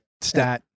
stat